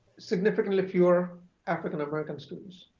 significantly fewer african-american students.